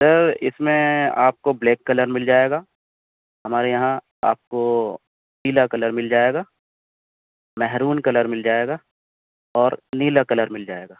سر اس میں آپ کو بلیک کلر مل جائے گا ہمارے یہاں آپ کو پیلا کلر مل جائے گا مہرون کلر مل جائے گا اور نیلا کلر مل جائے گا